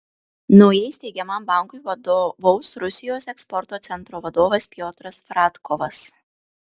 naujai steigiamam bankui vadovaus rusijos eksporto centro vadovas piotras fradkovas